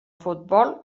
futbol